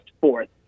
fourth